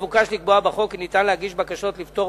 מבוקש לקבוע בחוק כי ניתן להגיש בקשות לפטור